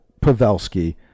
Pavelski